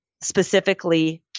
specifically